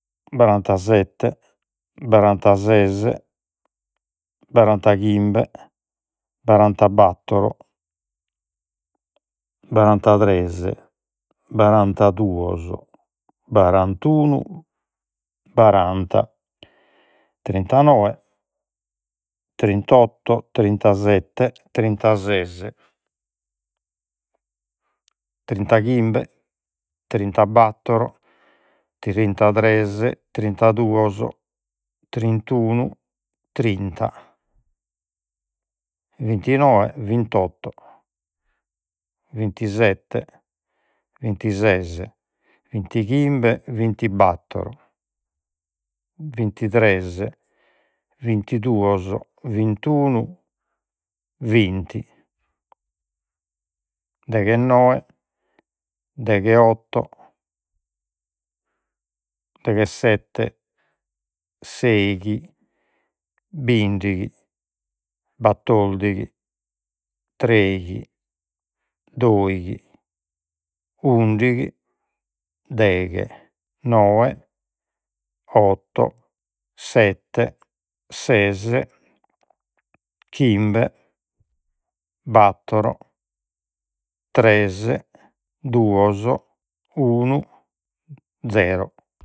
Barantasette barantases barantachimbe barantabattor barantatres barantaduos barantunu baranta trintanoe trintotto trintasette trintases trintachimbe trintabattor trintatres trintaduos trintunu trinta vintinoe vintotto vintisette vintises vintichimbe vintibattor vintitres vintiduos vintunu vinti deghennoe degheotto deghesette seighi bindighi battordighi treighi doighi undighi deghe noe otto sette ses chimbe battor tres duos unu zero